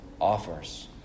offers